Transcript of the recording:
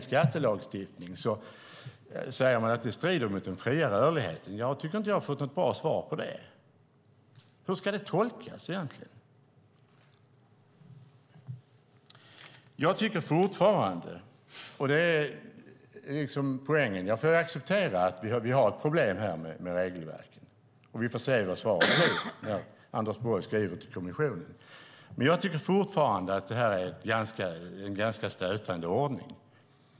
Ska man kunna säga att det strider mot den fria rörligheten när vi har en egen skattelagstiftning? Jag tycker inte att jag har fått ett bra svar på det. Hur ska det tolkas egentligen? Jag får acceptera att vi har ett problem med regelverken. Vi får se vad svaret blir när Anders Borg skriver till kommissionen. Men jag tycker fortfarande att det här är en ganska stötande ordning.